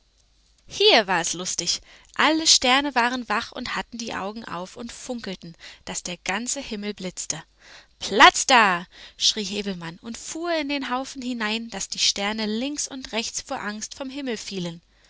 hier war es lustig alle sterne waren wach und hatten die augen auf und funkelten daß der ganze himmel blitzte platz da schrie häwelmann und fuhr in den hellen haufen hinein daß die sterne links und rechts vor angst vom himmel fielen